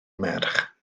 merch